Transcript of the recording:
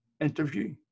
interview